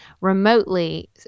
remotely